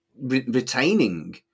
retaining